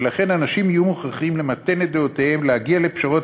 ולכן אנשים יהיו מוכרחים למתן את דעותיהם ולהגיע לפשרות